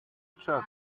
chalk